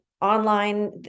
online